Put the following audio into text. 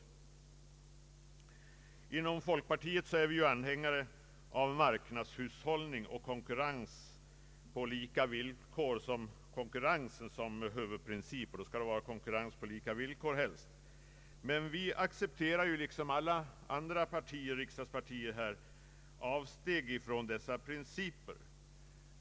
Inom folkpartiet är vi ju anhängare av marknadshushållning och konkurrens men det skall också vara en konkurrens på lika villkor. Men liksom alla andra partier i riksdagen accepterar vi i speciella fall avsteg från dessa principer.